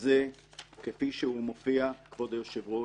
הזה כפי שהוא מופיע, כבוד היושב-ראש,